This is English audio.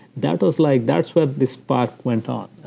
that was like that's what this part went on,